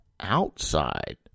outside